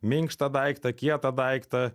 minkštą daiktą kietą daiktą